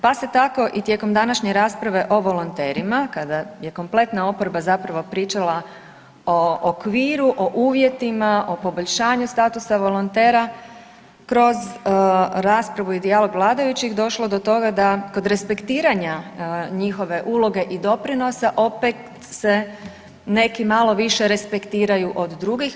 Pa se tako i tijekom današnje rasprave o volonterima kada je kompletna oporba zapravo pričala o okviru, o uvjetima, o poboljšanju statusa volontera kroz raspravu i dijalog vladajućih došlo do toga da kod respektiranja njihove uloge i doprinosa opet se neki malo više respektiraju od drugih.